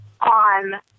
on